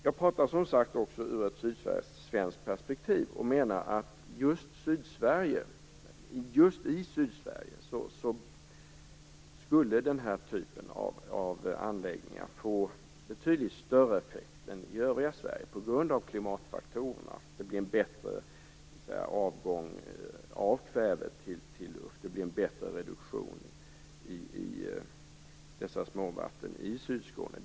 Jag talar som sagt i ett sydsvenskt perspektiv och menar att i just Sydsverige skulle den här typen av anläggningar få betydligt större effekt än i övriga Sverige på grund av klimatfaktorerna. Det skulle bli en bättre avgång av kväve till luft och en bättre reduktion i småvattnen i Sydskåne.